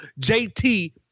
JT